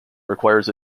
requires